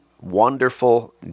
wonderful